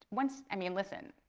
once, i mean, listen,